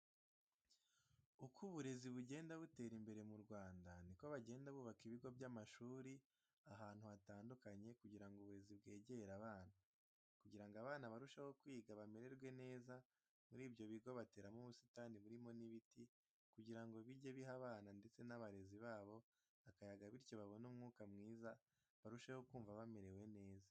Uko uburezi bugenda butera imbere mu Rwanda, ni ko bagenda bubaka ibigo by'amashuri ahantu hatandukanye kugira ngo uburezi bwegere abana. Kugira ngo abana barusheho kwiga bamerewe neza, muri byo bigo bateramo ubusitani burimo n'ibiti, kugira ngo bijye biha abana ndetse n'abarezi babo akayaga bityo babone umwuka mwiza, barusheho kumva bamerewe neza.